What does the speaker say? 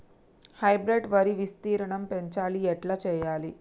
Hybrid వరి విస్తీర్ణం పెంచాలి ఎట్ల చెయ్యాలి?